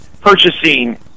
purchasing